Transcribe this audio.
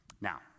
Now